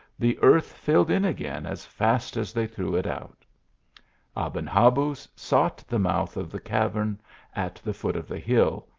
the earth filled in again as fast as they threw it out aben habuz sought the mouth of the cavern at the foot of the hill,